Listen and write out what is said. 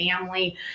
family